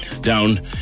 down